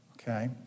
Okay